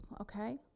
okay